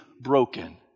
broken